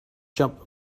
jump